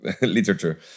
literature